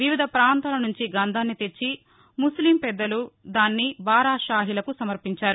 వివిధ ప్రాంతాల నుంచి గంధాన్ని తెచ్చిన ముస్లిం పెద్దలు దాన్ని బారా షాహీలకు సమర్పించారు